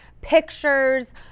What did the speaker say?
pictures